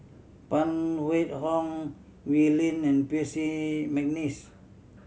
Phan Wait Hong Wee Lin and Percy McNeice